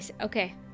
okay